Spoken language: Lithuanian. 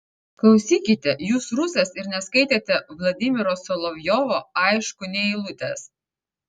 klausykite jūs rusas ir neskaitėte vladimiro solovjovo aišku nė eilutės